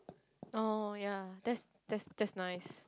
oh ya that's that's that's nice